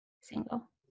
Single